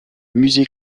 musée